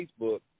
Facebook